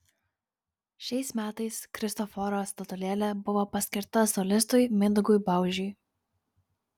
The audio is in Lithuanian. šiais metais kristoforo statulėlė buvo paskirta solistui mindaugui baužiui